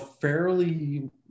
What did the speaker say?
fairly